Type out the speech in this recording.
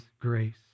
grace